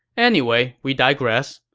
anyway, we digress.